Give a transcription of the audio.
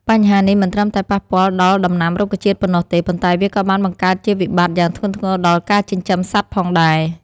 បញ្ហានេះមិនត្រឹមតែប៉ះពាល់ដល់ដំណាំរុក្ខជាតិប៉ុណ្ណោះទេ ប៉ុន្តែវាក៏បានបង្កើតជាវិបត្តិយ៉ាងធ្ងន់ធ្ងរដល់ការចិញ្ចឹមសត្វផងដែរ។